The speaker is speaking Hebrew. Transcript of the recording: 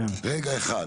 רגע אחד.